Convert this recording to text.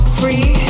free